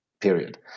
period